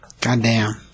Goddamn